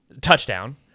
touchdown